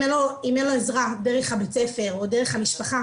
אם אין לו עזרה דרך בית הספר או דרך המשפחה